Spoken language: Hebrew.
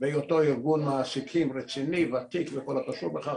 להיותו ארגון מעסיקים רציני וותיק בכל הקשור בכך,